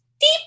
deep